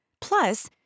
plus